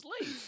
late